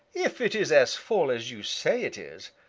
if it is as full as you say it is,